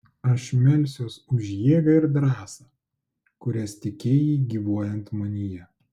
aš melsiuosi už jėgą ir drąsą kurias tikėjai gyvuojant manyje